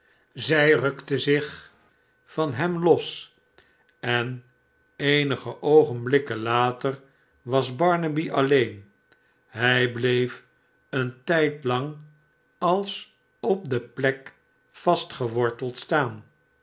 zij rukte zich van hem los en eenige oogenblikken later was barnaby alleen hij bleef een tijd lang als op de plek vastgeworteld taan